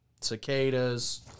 cicadas